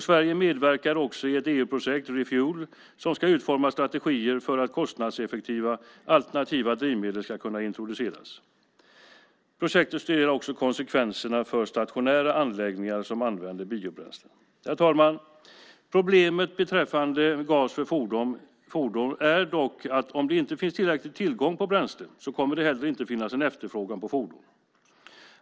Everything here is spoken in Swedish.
Sverige medverkar också i ett EU-projekt, Refuel, som ska utforma strategier för att kostnadseffektiva alternativa drivmedel ska kunna introduceras. Projektet studerar också konsekvenserna för stationära anläggningar som använder biobränslen. Herr talman! Problemet beträffande gas för fordon är dock att om det inte finns tillräcklig tillgång på bränsle kommer det heller inte att finnas en efterfrågan på fordon.